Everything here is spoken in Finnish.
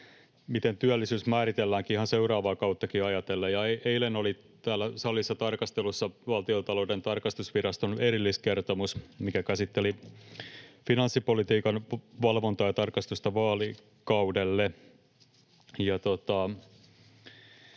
miten työllisyys määritelläänkin, ihan seuraavaa kauttakin ajatellen. Eilen oli täällä salissa tarkastelussa Valtiontalouden tarkastusviraston erilliskertomus, mikä käsitteli finanssipolitiikan valvontaa ja tarkastusta vaalikaudelle.